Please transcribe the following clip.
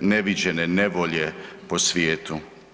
neviđene nevolje po svijetu.